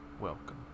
welcome